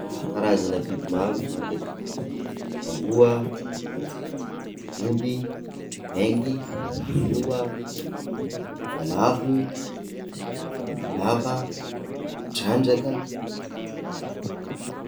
Karazana biby maro fantatro: amboa, ay ley, omby, bengy, kisoa, voalavo, bibilava, trandraka.